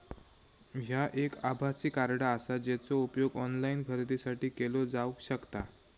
ह्या एक आभासी कार्ड आसा, जेचो उपयोग ऑनलाईन खरेदीसाठी केलो जावक शकता